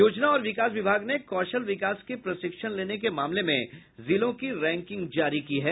योजना और विकास विभाग ने कौशल विकास के प्रशिक्षण लेने के मामले में जिलों की रैंकिंग जारी की है